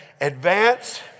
Advance